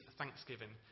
thanksgiving